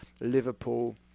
Liverpool